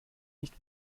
nicht